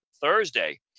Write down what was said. Thursday